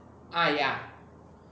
ah ya